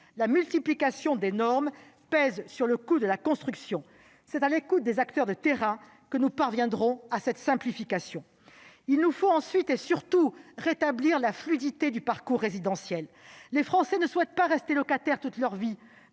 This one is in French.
La multiplication des normes pèse sur le coût de la construction. C'est en écoutant les acteurs de terrain que nous parviendrons à cette simplification. Ensuite, et surtout, il faut rétablir la fluidité du parcours résidentiel. Les Français ne souhaitent pas rester locataires toute leur vie,